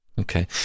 Okay